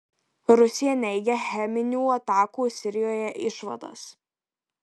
rusija neigia cheminių atakų sirijoje išvadas